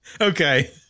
Okay